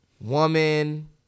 woman